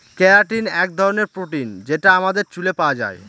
keratin এক ধরনের protein যেটা আমাদের চুলে পাওয়া যায়